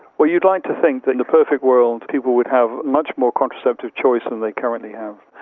well, you'd like to think that in the perfect world people would have much more contraceptive choice than they currently have.